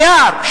נייר,